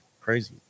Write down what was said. crazy